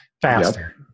faster